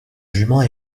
jument